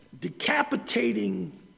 decapitating